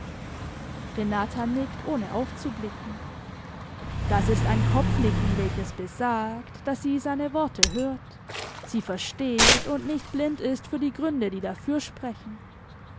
renata nickt ohne aufzublicken das ist ein kopfnicken welches besagt daß sie seine worte hört sie versteht und nicht blind ist für die gründe die dafür sprechen